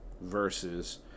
versus